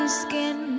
skin